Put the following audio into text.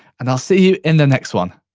and i'll see you in the next one.